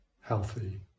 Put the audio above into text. healthy